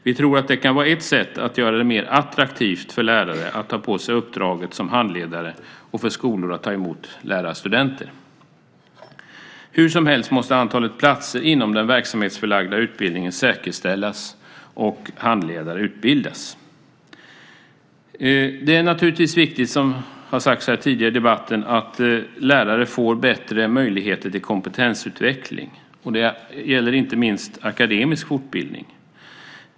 Vi tror att det kan vara ett sätt att göra det mer attraktivt för lärare att ta på sig uppdraget som handledare och för skolor att ta emot lärarstudenter. Hursomhelst måste antalet platser inom den verksamhetsförlagda utbildningen säkerställas och handledare utbildas. Det är naturligtvis viktigt, som har sagts här tidigare i debatten, att lärare får bättre möjligheter till kompetensutveckling. Det gäller inte minst akademisk fortbildning.